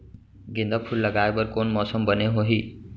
गेंदा फूल लगाए बर कोन मौसम बने होही?